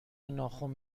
ناخن